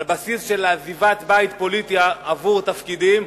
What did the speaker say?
על בסיס של עזיבת בית פוליטי עבור תפקידים,